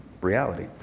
reality